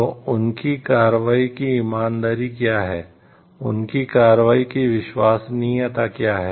तो उनकी कार्रवाई की ईमानदारी क्या है उनकी कार्रवाई की विश्वसनीयता क्या है